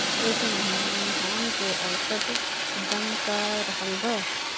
एह महीना धान के औसत दाम का रहल बा?